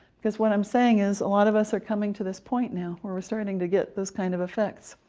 because what i'm saying is a lot of us are coming to this point now, where we're starting to get those kind of effects.